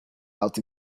out